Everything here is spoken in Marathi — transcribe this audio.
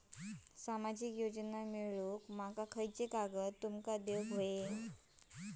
सामाजिक योजना मिलवूक माका कोनते कागद तुमका देऊक व्हये?